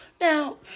Now